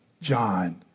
John